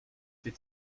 wird